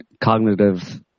cognitive